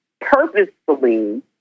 purposefully